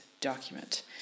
document